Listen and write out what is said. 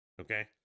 Okay